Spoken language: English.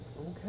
Okay